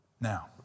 Now